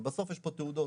ובסוף יש פה תעודות.